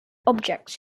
objects